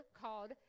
called